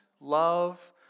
love